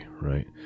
right